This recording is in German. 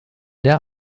der